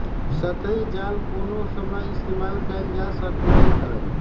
सतही जल कोनो समय इस्तेमाल कएल जा सकलई हई